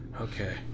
Okay